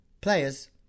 players